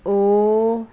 O